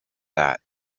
that